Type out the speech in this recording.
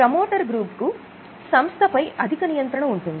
promoter group కు సంస్థపై అధిక నియంత్రణ ఉంటుంది